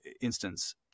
instance